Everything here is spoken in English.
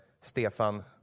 Stefan